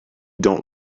dont